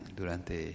durante